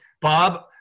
Bob